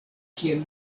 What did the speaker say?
kiel